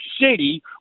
city